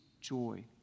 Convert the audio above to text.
joy